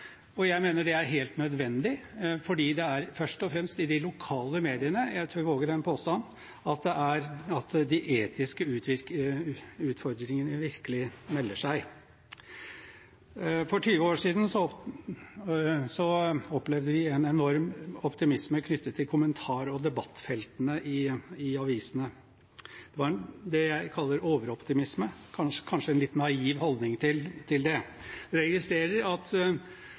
og jeg mener det er helt nødvendig fordi – jeg tør våge den påstanden – det først og fremst er i de lokale mediene de etiske utfordringene virkelig melder seg. For 20 år siden opplevde vi en enorm optimisme knyttet til kommentar- og debattfeltene i avisene. Det var det jeg kaller overoptimisme og kanskje en litt naiv holdning til det.